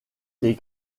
les